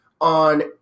on